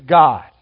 God